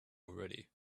already